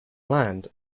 land